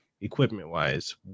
equipment-wise